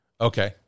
Okay